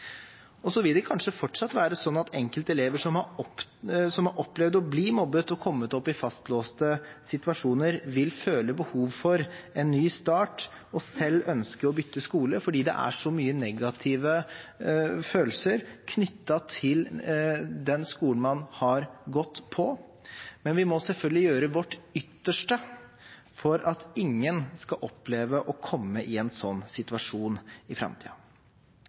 forsøkt. Så vil det kanskje fortsatt være slik at enkelte elever som har opplevd å bli mobbet og kommet opp i fastlåste situasjoner, vil føle behov for en ny start og selv ønske å bytte skole fordi det er så mange negative følelser knyttet til den skolen de har gått på. Men vi må selvfølgelig gjøre vårt ytterste for at ingen skal oppleve å komme i en slik situasjon i